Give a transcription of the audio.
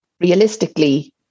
realistically